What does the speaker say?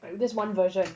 like this one version